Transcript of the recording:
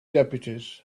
deputies